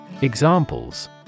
Examples